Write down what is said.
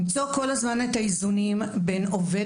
למצוא כל הזמן את האיזונים בין עובד